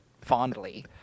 fondly